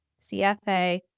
CFA